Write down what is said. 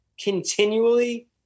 continually